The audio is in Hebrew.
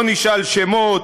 לא נשאל שמות,